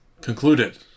concluded